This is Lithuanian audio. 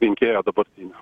rinkėjo dabartinio